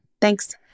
Thanks